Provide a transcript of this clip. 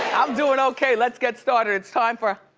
doin' okay. let's get started. it's time for?